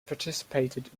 participated